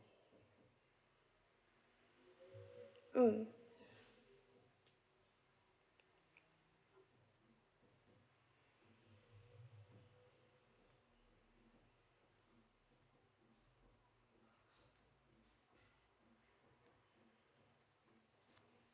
mm